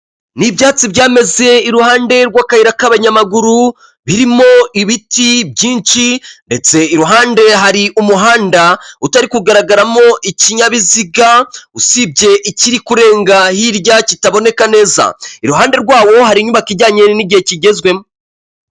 Ni ibyatsi byameze iruhande rw'akayira k'abanyamaguru birimo ibiti byinshi ndetse iruhande hari umuhanda utari kugaragaramo ikinyabiziga usibye ikiri kurenga hirya kitaboneka neza, iruhande rwabo hari inyubako ijyanye n'igihe kigezwemo.